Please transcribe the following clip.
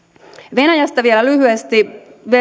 venäjästä vielä lyhyesti